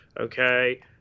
okay